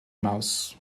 mouse